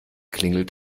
klingelt